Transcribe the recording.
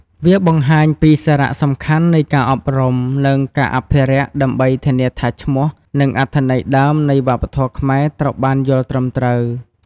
វាបង្ហាញពីសារៈសំខាន់នៃការអប់រំ និងការអភិរក្សដើម្បីធានាថាឈ្មោះ និងអត្ថន័យដើមនៃវប្បធម៌ខ្មែរត្រូវបានយល់ត្រឹមត្រូវ។